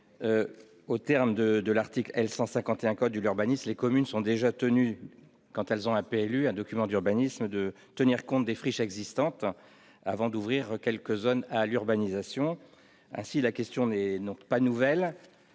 Aux termes de l'article L. 151-5 du code de l'urbanisme, les communes sont déjà tenues, quand elles ont un PLU, de tenir compte des friches existantes avant d'ouvrir de nouvelles zones à l'urbanisation. La question n'est donc pas nouvelle